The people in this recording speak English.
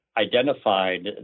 identified